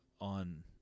on